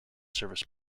service